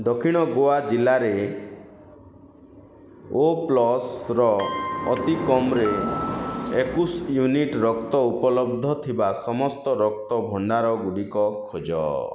ଦକ୍ଷିଣ ଗୋଆ ଜିଲ୍ଲାରେ O plus ର ଅତିକମ୍ରେ ଏକୋଇଶି ୟୁନିଟ୍ ରକ୍ତ ଉପଲବ୍ଧ ଥିବା ସମସ୍ତ ରକ୍ତ ଭଣ୍ଡାର ଗୁଡ଼ିକ ଖୋଜ